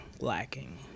lacking